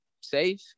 safe